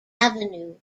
avenue